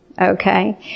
Okay